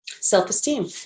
Self-esteem